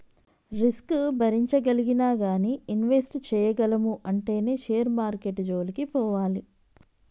risk భరించగలిగినా గానీ invest చేయగలము అంటేనే షేర్ మార్కెట్టు జోలికి పోవాలి